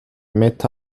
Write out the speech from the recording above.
meta